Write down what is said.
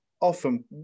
Often